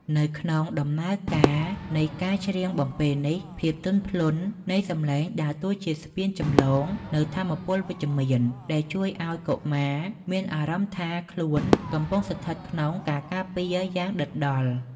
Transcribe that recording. នៅក្នុងដំណើរការនៃការច្រៀងបំពេនេះ ភាពទន់ភ្លន់នៃសំឡេងដើរតួជាស្ពានចម្លងនូវថាមពលវិជ្ជមាន ដែលជួយឱ្យកុមារមានអារម្មណ៍ថាខ្លួនកំពុងស្ថិតក្នុងការការពារយ៉ាងដិតដល់។